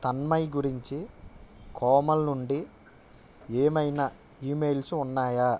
తన్మయ్ గురించి కోమల్ నుండి ఏవైనా ఈమెయిల్స్ ఉన్నాయా